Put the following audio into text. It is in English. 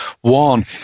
one